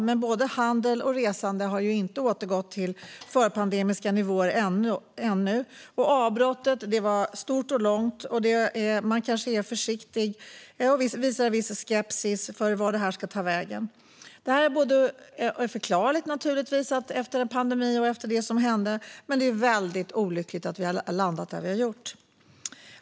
Men varken handel eller resande har ännu återgått till förpandemiska nivåer. Avbrottet var stort och långt, och kanske är man försiktig och känner en viss skepsis inför vart detta ska ta vägen. Det är naturligtvis förklarligt efter en pandemi och det som hände, men det är väldigt olyckligt att vi har landat där vi nu är.